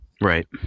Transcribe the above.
Right